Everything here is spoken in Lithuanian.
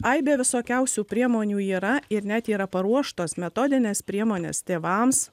aibė visokiausių priemonių yra ir net yra paruoštos metodinės priemonės tėvams